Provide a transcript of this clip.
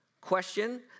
question